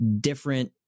different